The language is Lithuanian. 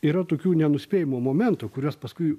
yra tokių nenuspėjamų momentų kuriuos paskui